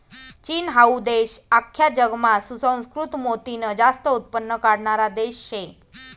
चीन हाऊ देश आख्खा जगमा सुसंस्कृत मोतीनं जास्त उत्पन्न काढणारा देश शे